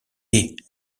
est